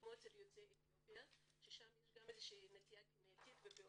כמו אצל יוצאי אתיופיה ששם יש גם נטייה גנטית וביולוגית,